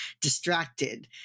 distracted